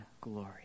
glory